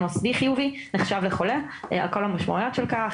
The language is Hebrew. מוסדי חיובי נחשב לחולה על כל המשמעויות של כך.